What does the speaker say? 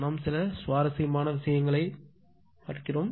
நாம் சில சுவாரஸ்யமான விஷயங்களைக் காண்போம்